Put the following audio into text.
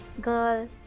girl